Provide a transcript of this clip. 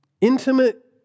Intimate